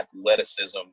athleticism